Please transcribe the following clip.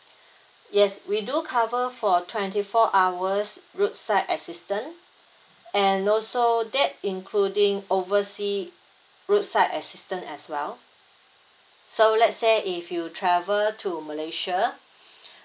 yes we do cover for twenty four hours roadside assistant and no so that including overseas roadside assistant as well so let's say if you travel to malaysia